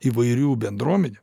įvairių bendruomenių